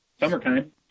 summertime